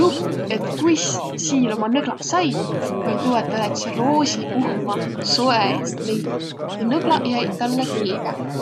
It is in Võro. lugu, et kuis siil umaq nõglaq sai? Oll' tuu, et tä läts' roosipuhma soe iist peitu ja nõglaq jäiq tälle külge.